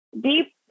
deep